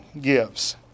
gives